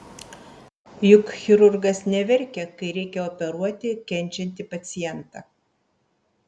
juk chirurgas neverkia kai reikia operuoti kenčiantį pacientą